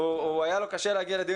חבר הכנסת אבו שחאדה בבקשה.